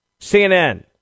CNN